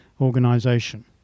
organization